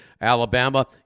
Alabama